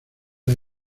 las